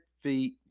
feet